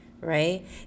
right